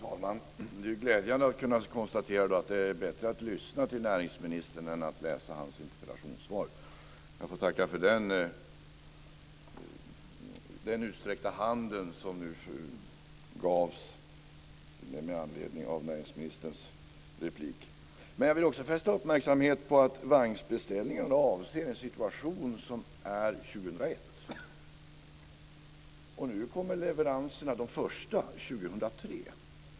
Fru talman! Det är glädjande att kunna konstatera att det är bättre att lyssna till näringsministern än att läsa hans interpellationssvar. Jag får tacka för den utsträckta handen, som nu gavs med anledning av näringsministerns inlägg. Jag vill också fästa uppmärksamhet på att vagnsbeställningarna avser en situation 2001, och de första leveranserna kommer 2003.